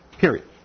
Period